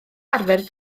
arfer